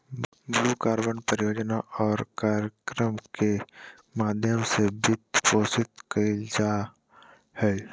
blue carbon परियोजना और कार्यक्रम के माध्यम से वित्तपोषित कइल जा हइ